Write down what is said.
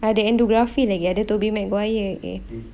ada andrew garfield lagi ada tobey maguire lagi